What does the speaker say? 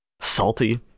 salty